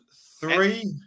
three